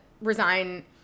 resign